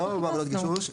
לא בעבודות גישוש.